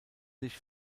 sich